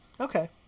Okay